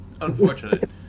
unfortunate